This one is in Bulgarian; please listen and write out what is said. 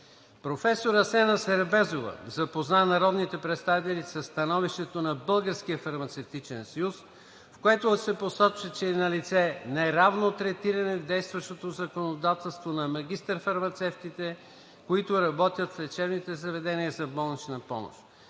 Професор Асена Сербезова запозна народните представители със становището на Българския фармацевтичен съюз (БФС), в което се посочва, че е налице неравно третиране в действащото законодателство на магистър-фармацевтите, които работят в лечебни заведения за болнична помощ.